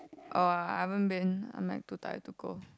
oh I haven't been I'm like too tired to go